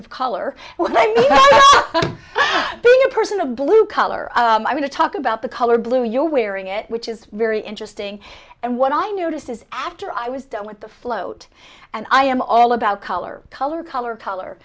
bring a person of blue color i'm going to talk about the color blue you're wearing it which is very interesting and what i noticed is after i was done with the float and i am all about color color color color